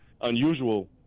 unusual